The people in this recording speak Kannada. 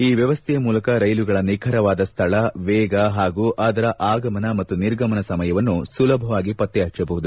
ಈ ವ್ಯವಸ್ಟೆಯ ಮೂಲಕ ರೈಲುಗಳ ನಿಖರವಾದ ಸ್ಥಳ ವೇಗ ಹಾಗೂ ಅದರ ಆಗಮನ ಮತ್ತು ನಿರ್ಗಮನ ಸಮಯವನ್ನು ಸುಲಭವಾಗಿ ಪತ್ತೆ ಹಜ್ವಬಹುದು